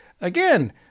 again